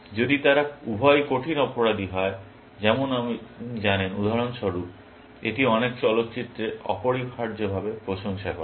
যদি তারা উভয়ই কঠিন অপরাধী হয় যেমন আপনি জানেন উদাহরণস্বরূপ এটি অনেক চলচ্চিত্রে অপরিহার্যভাবে প্রশংসা করা হয়